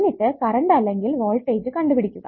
എന്നിട്ട് കറണ്ട് അല്ലെങ്കിൽ വോൾടേജ് കണ്ടുപിടിക്കുക